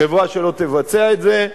חברה שלא תבצע את זה,